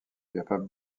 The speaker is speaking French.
capable